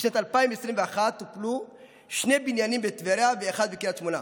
בשנת 2021 טופלו שני בניינים בטבריה ואחד בקריית שמונה,